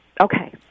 Okay